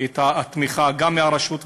את התמיכה גם מהרשות,